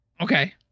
Okay